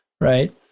right